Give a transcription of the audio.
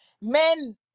men